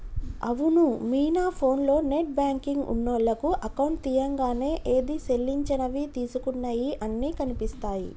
అవును మీనా ఫోన్లో net banking ఉన్నోళ్లకు అకౌంట్ తీయంగానే ఏది సెల్లించినవి తీసుకున్నయి అన్ని కనిపిస్తాయి